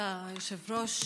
כבוד היושב-ראש,